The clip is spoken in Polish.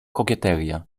kokieteria